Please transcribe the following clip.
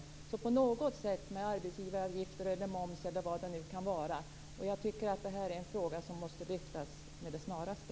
Frågan måste lösas på något sätt, med arbetsgivaravgifter, moms eller vad det nu kan vara. Jag tycker att detta är en fråga som måste lyftas fram med det snaraste.